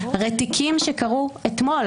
הרי תיקים שקרו אתמול,